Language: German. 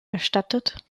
erstattet